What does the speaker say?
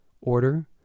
order